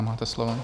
Máte slovo.